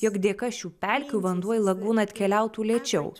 jog dėka šių pelkių vanduo į lagūną atkeliautų lėčiau